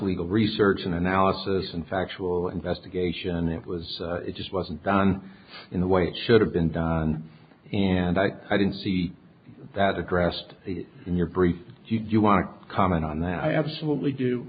legal research and analysis and factual investigation it was it just wasn't done in the way it should have been done and i didn't see that addressed in your brief do you want to comment on that i absolutely do